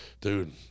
dude